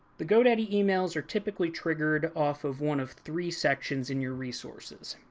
the godaddy emails are typically triggered off of one of three sections in your resources.